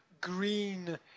green